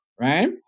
right